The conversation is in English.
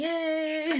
Yay